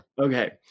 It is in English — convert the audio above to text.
Okay